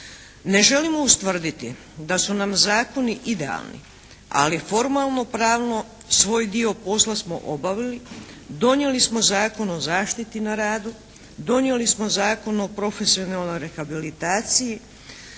Ne želimo ustvrditi da su nam zakoni idealni. Ali formalnopravno svoj dio posla smo obavili, donijeli smo Zakon o zaštiti na radu, donijeli smo Zakon o profesionalnoj rehabilitaciji,